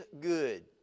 good